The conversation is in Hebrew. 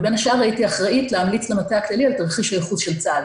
ובין השאר הייתי אחראית להמליץ למטה הכללי על תרחיש הייחוס של צה"ל.